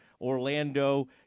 Orlando